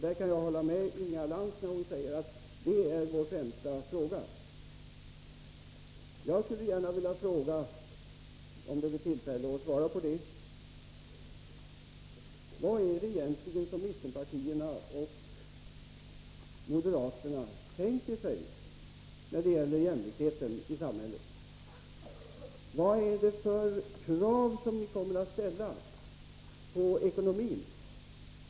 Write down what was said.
Jag kan hålla med Inga Lantz när hon säger att det är vår främsta fråga. Jag skulle gärna vilja fråga, om det blir tillfälle att svara på det: Vad är det egentligen som mittenpartierna och moderaterna tänker sig när det gäller jämlikheten i samhället? Vilka krav kommer ni att ställa på ekonomin?